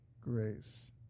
grace